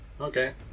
Okay